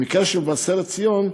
במקרה של מבשרת ציון,